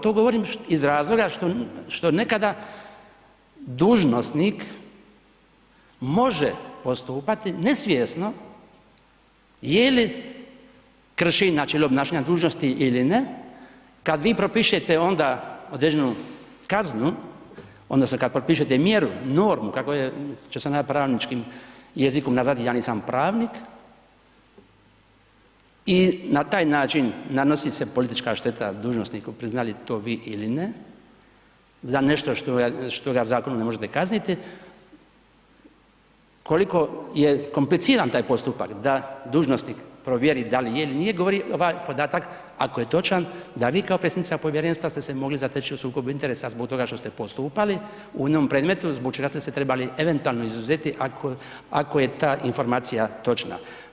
To govorim iz razloga što nekada dužnosnik može postupati nesvjesno je li krši načelo obnašanja dužnosti ili ne, kad vi propišete onda određenu kaznu odnosno kad propišete mjeru, normu, kako će se ona pravničkim jezikom nazvati, ja nisam pravnik, i na taj način nanosi se politička šteta dužnosniku priznali to vi ili ne, za nešto što ga zakonom ne možete kazniti, koliko je kompliciran taj postupak da dužnosnik provjeri da li je ili nije, govori ovaj podatak ako je točan, da vi kao predsjednica povjerenstva ste se mogli zateći u sukobu interesa zbog toga što ste postupali u jednom predmetu, zbog čega ste se trebali eventualno izuzeti ako je ta informacija točna.